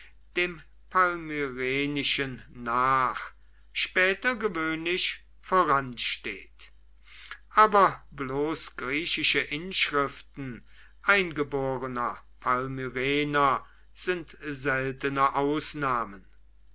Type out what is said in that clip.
dem palmyrenischen nach später gewöhnlich voransteht aber bloß griechische inschriften eingeborener palmyrener sind seltene ausnahmen